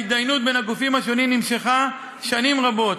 ההידיינות בין הגופים השונים נמשכה שנים רבות,